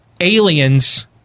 Aliens